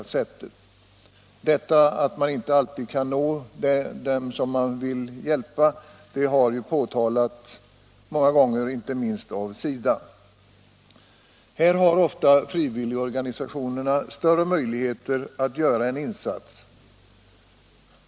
Detta att man inte alltid kan nå dem man vill hjälpa har f. ö. påtalats många gånger, inte minst av SIDA, men här har ofta frivilligorganisationerna större möjligheter att göra en insats.